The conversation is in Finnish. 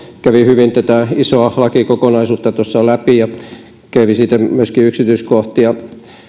kävi hyvin tätä isoa lakikokonaisuutta tuossa läpi ja kävi siitä myöskin yksityiskohtia